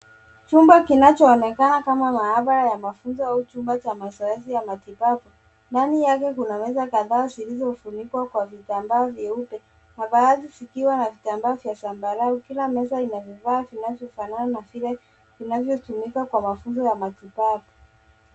Chumba kinachoonekana kama maabara ya mafunzo au chumba cha mazoezi ya matibabu. Ndani yake kuna meza kadhaa zilizofunikwa kwa vitambaa vyeupe na baadhi vikiwa na vitambaa vya zambarau. Kila meza ina vifaa vinavyofanana na zile zinazotumika kwa mafunzo ya matibabu.